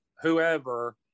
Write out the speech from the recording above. whoever